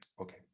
okay